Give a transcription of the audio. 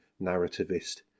narrativist